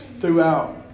throughout